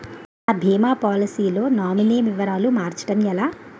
నా భీమా పోలసీ లో నామినీ వివరాలు మార్చటం ఎలా?